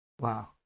Wow